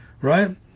right